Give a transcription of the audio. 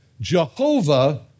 Jehovah